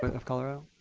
of colorado?